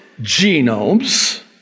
genomes